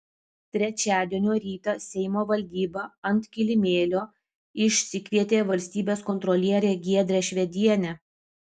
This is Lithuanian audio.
trečiadienio rytą seimo valdyba ant kilimėlio išsikvietė valstybės kontrolierę giedrę švedienę